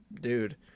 dude